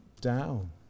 down